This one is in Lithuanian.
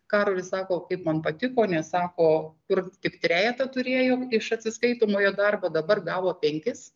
karolis sako man patiko nes sako kur tik trejetą turėjom iš atsiskaitomojo darbo dabar gavo penkis